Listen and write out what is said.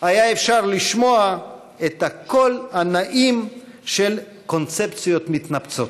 היה אפשר לשמוע את הקול הנעים של קונספציות מתנפצות,